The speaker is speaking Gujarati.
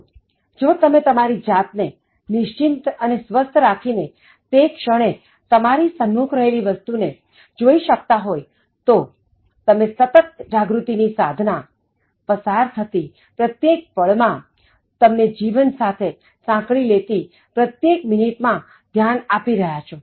તો જો તમે તમારી જાતને નિશ્ચિંત અને સ્વસ્થ રાખીને તે ક્ષણે તમારી સન્મુખ રહેલી વસ્તુ ને જોઈ શકતા હોય તો તમે સતત જાગૃતિ ની સાધના પસાર થતી પ્રત્યેક પળ માં તમને જીવન સાથે સાંકળી લેતી પ્રત્યેક મિનિટ માં ધ્યાન આપી રહ્યા છો